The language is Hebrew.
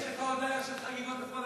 איך עושים אצלכם,